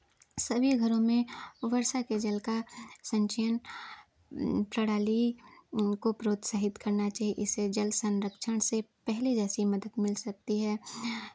सभी घरों में वर्षा के जल का संचयन प्रणाली को प्रोत्साहित करना चाहिए इसे जल संरक्षण से पहले जैसी मदद मिल सकती है